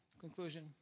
conclusion